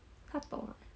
她懂啊